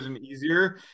easier